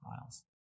miles